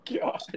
god